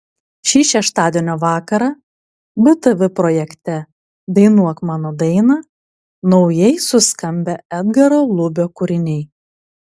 šį šeštadienio vakarą btv projekte dainuok mano dainą naujai suskambę edgaro lubio kūriniai